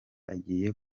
agiye